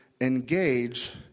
engage